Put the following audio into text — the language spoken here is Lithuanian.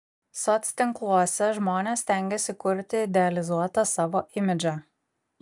soctinkluose žmonės stengiasi kurti idealizuotą savo imidžą